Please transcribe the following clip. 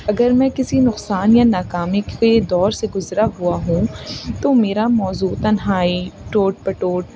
اگر میں کسی نقصان یا ناکامی کے دور سے گزرا ہوا ہوں تو میرا موضوع تنہائی ٹوٹ پٹوٹ